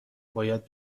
باید